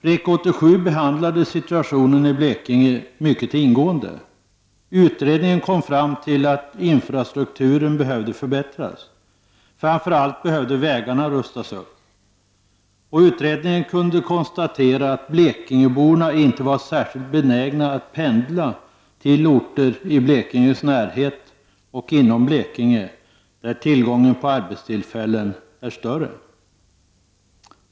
REK 87 behandlade situationen i Blekinge mycket ingående. Utredningen kom fram till att infrastrukturen behövde förbättras, framför allt vägarna behövde rustas upp. Utredningen kunde konstatera att blekingeborna inte var särskilt benägna att pendla till orter i Blekinges närhet och inom Blekinge där tillgången på arbetstillfällen är större.